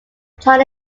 china